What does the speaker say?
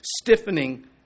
Stiffening